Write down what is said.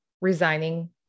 resigning